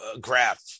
graph